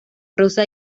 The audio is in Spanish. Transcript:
rosa